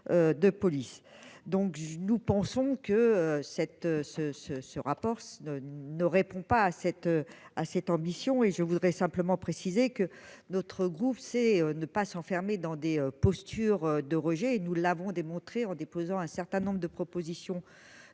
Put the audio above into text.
de police, donc nous pensons que cette ce ce, ce rapport s'ne ne répond pas à cette à cette ambition et je voudrais simplement préciser que notre groupe, c'est ne pas s'enfermer dans des postures de Roger et nous l'avons démontré en déposant un certain nombre de propositions